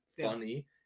funny